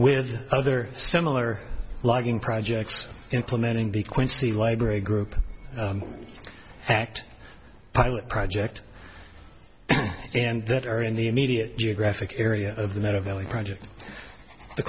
with other similar logging projects implementing b quincy library group act pilot project and that are in the immediate geographic area of the narrow valley project the